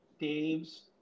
Dave's